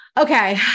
Okay